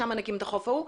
שם מנקים את החוף ההוא,